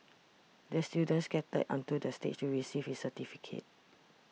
the student skated onto the stage to receive his certificate